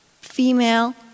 female